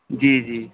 جی جی